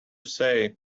say